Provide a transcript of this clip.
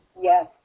Yes